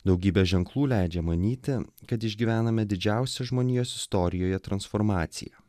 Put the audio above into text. daugybė ženklų leidžia manyti kad išgyvename didžiausią žmonijos istorijoje transformaciją